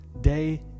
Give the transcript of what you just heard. day